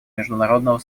международного